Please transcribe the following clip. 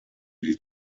die